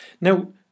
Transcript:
now